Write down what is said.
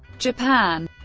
japan